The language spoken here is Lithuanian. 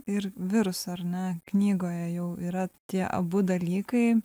ir viruso ar ne knygoje jau yra tie abu dalykai